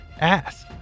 ass